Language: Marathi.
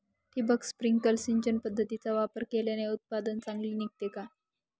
ठिबक, स्प्रिंकल सिंचन पद्धतीचा वापर केल्याने उत्पादन चांगले निघते का?